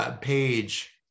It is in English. page